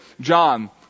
John